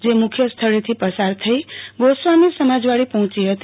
જે મુખ્ય સ્થળેથી પસાર થઈ ગોસ્વામી સમાજવાડી પહોંચી હતી